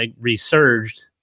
resurged